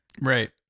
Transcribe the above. Right